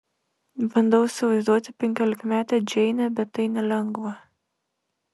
bandau įsivaizduoti penkiolikmetę džeinę bet tai nelengva